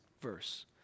verse